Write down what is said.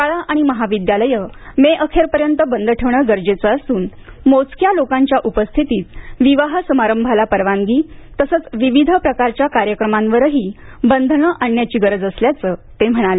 शाळा आणि महाविद्यालयं मे अखेरपर्यंत बंद ठेवण गरजेचं असून मोजक्या लोकांच्या उपस्थितीत विवाह समारंभाला परवानगी तसंच विविध प्रकारच्या कार्यक्रमांवरही बंधनं आणण्याची गरज असल्याचं ते म्हणाले